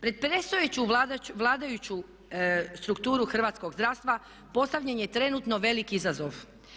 Pred predstojeću vladajuću strukturu hrvatskog zdravstva postavljen je trenutno velik izazov.